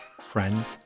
friends